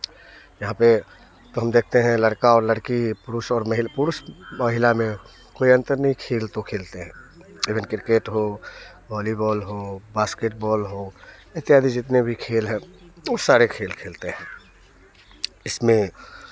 यहाँ पर तो हम देखते हैं लड़का और लड़की पुरुष और महिल पुरुष महिला में कोई अंतर नहीं खेल तो खेलते हैं इवेन क्रिकेट हो वॉलीबॉल हो बास्केटबॉल हो इत्यादि जितने भी खेल हैं वो सारे खेल खेलते हैं इसमें